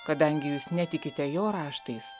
kadangi jūs netikite jo raštais